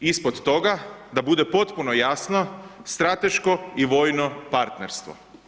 Ispod toga, da bude potpuno jasno, strateško i vojno partnerstvo.